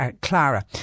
Clara